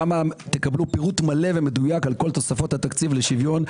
שם תקבלו פירוט מלא ומדויק על כל תוספות התקציב לשוויון.